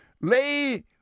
lay